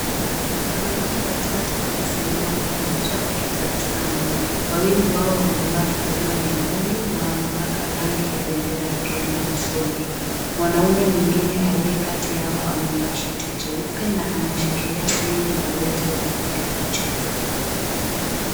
Wanaume watatu wamesimama pamoja wakitabasamu. Wawili wao wamevaa fulana nyekundu na umepaka rangi ya bendera ya kenya usoni. Mwanaume mwingine alie kati yao amevaa shati jeupena ameshikilia simu na wote wamepiga picha.